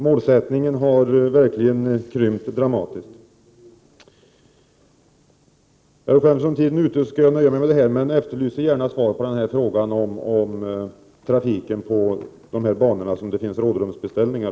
Målsättningen har verkligen krympt dramatiskt. Eftersom min taletid är ute skall jag nöja mig med detta. Jag efterlyser dock svar på frågan om trafiken på de banor där det finns rådrumsbeställningar.